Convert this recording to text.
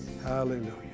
Hallelujah